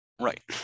Right